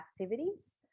activities